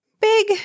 Big